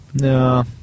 No